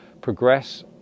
progress